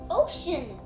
ocean